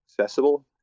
accessible